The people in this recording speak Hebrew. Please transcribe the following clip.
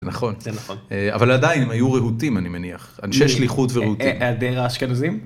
נכון אבל עדיין הם היו רהוטים אני מניח אנשי שליחות ורהוטים.